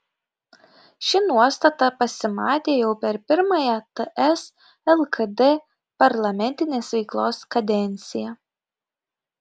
ši nuostata pasimatė jau per pirmąją ts lkd parlamentinės veiklos kadenciją